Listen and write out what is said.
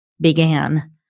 began